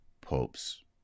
popes